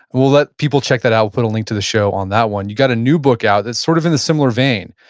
we'll let people check that out, i'll put a link to the show on that one. you got a new book out that's sort of in the similar vein,